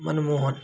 Manmohan